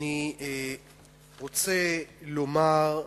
אני רוצה לומר כך: